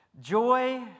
Joy